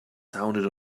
sounded